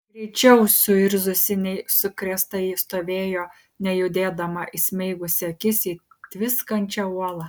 greičiau suirzusi nei sukrėstąjį stovėjo nejudėdama įsmeigusi akis į tviskančią uolą